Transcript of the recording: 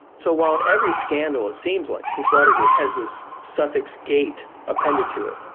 so while every scandal, it seems like, since watergate has this suffix gate appended to it,